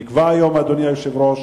נקבע היום, אדוני היושב-ראש,